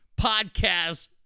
podcast